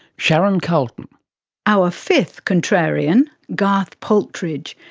sharon carleton our fifth contrarian, garth paltridge,